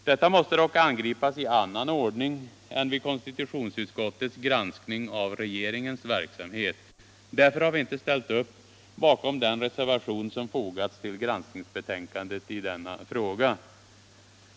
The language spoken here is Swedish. Detta måste dock angripas i annan ordning än vid konstitutionsutskottets granskning av regeringens verksamhet. Därför har vi avvisat den reservation som fogats till granskningsbetänkandet i denna fråga.